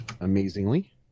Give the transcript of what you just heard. amazingly